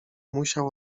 musiał